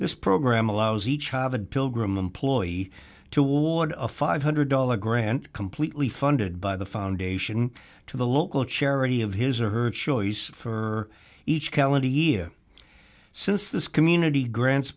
this program allows each have a pilgrim employee toward a five hundred dollars grant completely funded by the foundation to the local charity of his or her choice for each calendar year since this community grants